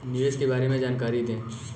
निवेश के बारे में जानकारी दें?